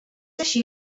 així